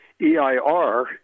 EIR